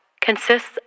consists